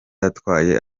atwaye